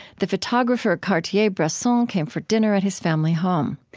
the photographer cartier-bresson came for dinner at his family home.